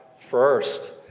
first